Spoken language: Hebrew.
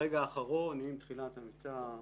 ברגע האחרון, עם תחילת המבצע,